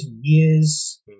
years